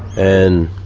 and